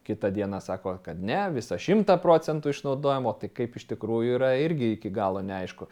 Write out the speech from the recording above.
kitą dieną sako kad ne visą šimtą procentų išnaudojom o tai kaip iš tikrųjų yra irgi iki galo neaišku